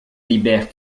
libère